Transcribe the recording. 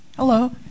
Hello